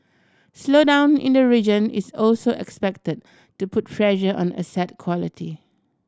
slowdown in the region is also expected to put pressure on asset quality